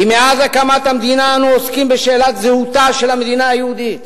שמאז הקמת המדינה אנחנו עוסקים בשאלת זהותה של המדינה היהודית.